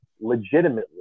legitimately